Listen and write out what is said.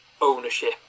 ownership